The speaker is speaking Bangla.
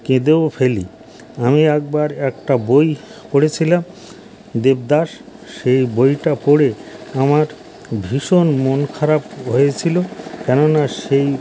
কেঁদেও ফেলি আমি একবর একটা বই পড়েছিলাম দেবদাস সেই বইটা পড়ে আমার ভীষণ মন খারাপ হয়েছিলো কেননা সেই